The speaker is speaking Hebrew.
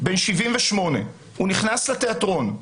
בן 78, הוא נכנס לתיאטרון,